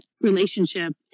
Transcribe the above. relationship